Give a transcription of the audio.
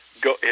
go